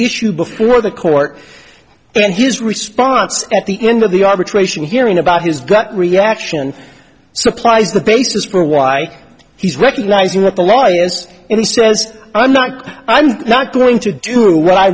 issue before the court and his response at the end of the arbitration hearing about his gut reaction supplies the basis for why he's recognizing what the law is and he says i'm not i'm not going to do what i